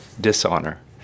dishonor